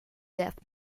death